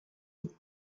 with